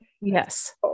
Yes